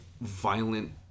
violent